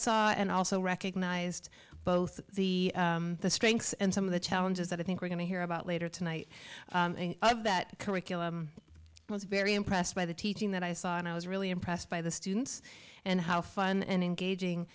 saw and also recognized both the strengths and some of the challenges that i think we're going to hear about later tonight of that curriculum was very impressed by the teaching that i saw and i was really impressed by the students and how fun and engaging